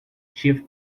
chief